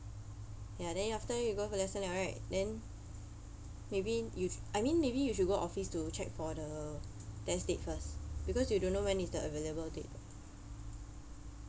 ya then after you go for lesson liao right then maybe you I mean maybe you should go office to check for the test date first because you don't know when is the available date